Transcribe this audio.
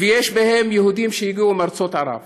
ויש בהם יהודים שהגיעו מארצות ערב.